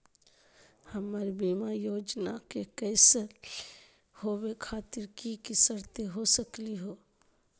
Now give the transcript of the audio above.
हमर बीमा योजना के कैन्सल होवे खातिर कि कि शर्त हो सकली हो?